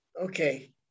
Okay